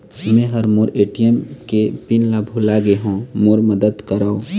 मै ह मोर ए.टी.एम के पिन ला भुला गे हों मोर मदद करौ